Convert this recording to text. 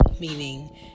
Meaning